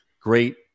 great